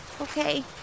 Okay